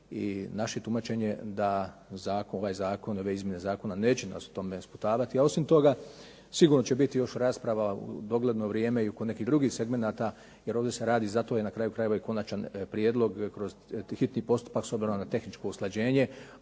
i naše je tumačenje da zakon, ovaj zakon, ove izmjene zakona neće nas u tom sputavati. A osim toga sigurno će biti još rasprava u dogledno vrijeme i oko nekih drugih segmenata jer ovdje se radi, zato je na kraju krajeva i konačan prijedlog kroz hitni postupak s obzirom na tehničko usklađenje,